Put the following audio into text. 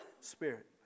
spirit